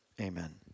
Amen